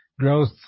Growth